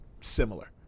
similar